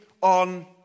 on